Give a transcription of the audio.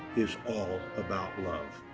is all about love.